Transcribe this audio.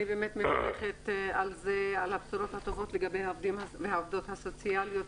אני מברכת על הבשורות הטובות לגבי העובדים והעובדות הסוציאליים.